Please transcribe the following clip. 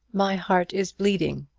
my heart is bleeding,